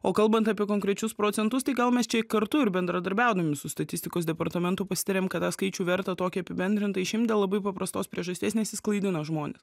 o kalbant apie konkrečius procentus tai gal mes čia kartu ir bendradarbiaudami su statistikos departamentu pasitarėm kad tą skaičių verta tokį apibendrintą išimti dėl labai paprastos priežasties nes jis klaidina žmones